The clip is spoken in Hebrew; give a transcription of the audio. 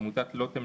עמותת לוטם,